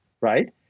right